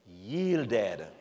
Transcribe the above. yielded